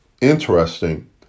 interesting